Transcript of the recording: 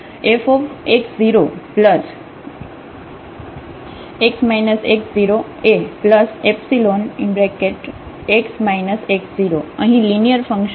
તેથી આ fAϵx x0 અહીં લિનિયર ફંકશન છે